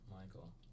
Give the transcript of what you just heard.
Michael